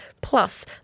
Plus